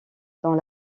dans